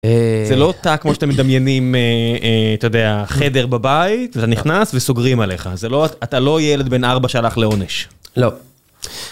זה לא תא כמו שאתם מדמיינים, אתה יודע, חדר בבית ואתה נכנס וסוגרים עליך. זה לא, אתה לא ילד בן ארבע שהלך לעונש. - לא.